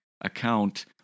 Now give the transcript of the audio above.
account